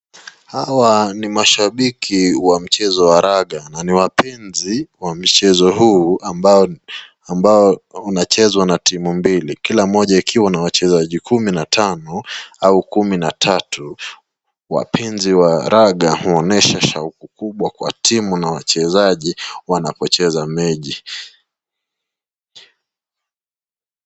Hawa ni mashabiki wa mchezo wa raga na ni wapenzi wa mchezo huu ambao unachezwa na timu mbili, kila mmoja ikiwa na wachezaji kumi na tano au kumi na tatu. Wapenzi wa raga huonyesha shauku kubwa kwa timu na wachezaji wanapocheza mechi.